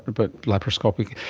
but laparoscopic,